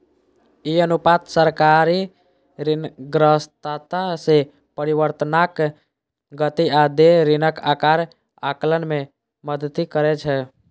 ई अनुपात सरकारी ऋणग्रस्तता मे परिवर्तनक गति आ देय ऋणक आकार आकलन मे मदति करै छै